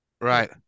Right